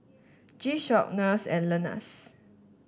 G Shock NARS and Lenas